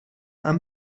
aan